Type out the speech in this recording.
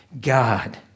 God